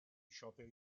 scioperi